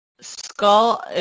Skull